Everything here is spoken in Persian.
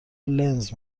لنز